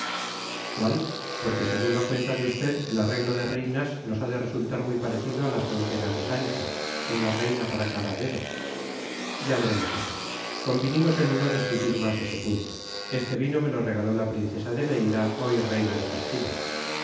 cuál porque según la cuenta de usted el arreglo de reinas nos ha de resultar muy parecido a las monteras de sancho una reina para cada dedo ya veremos eso convinimos en no discutir más ese punto este vino me lo regaló la princesa de beira hoy reina de castilla